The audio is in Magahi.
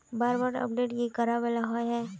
बार बार अपडेट की कराबेला होय है?